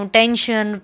tension